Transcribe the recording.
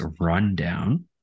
rundown